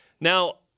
Now